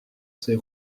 ces